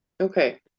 Okay